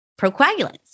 procoagulants